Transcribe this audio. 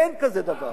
אין כזה דבר.